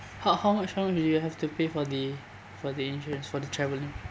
how how much how much do you have to pay for the for the insurance for the traveling